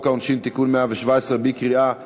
העונשין (תיקון מס' 117) בקריאה שלישית,